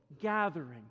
gathering